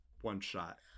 one-shot